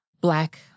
Black